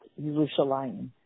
Yerushalayim